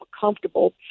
comfortable